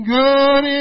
good